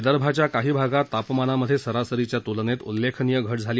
विदर्भाच्या काही भागात तापमानामधे सरासरीच्या तूलनेत उल्लेखनीय घट झाली